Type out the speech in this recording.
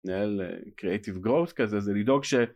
מנהל creative growth כזה, זה לדאוג ש